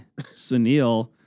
Sunil